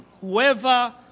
Whoever